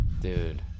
Dude